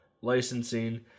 licensing